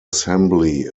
assembly